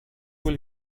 will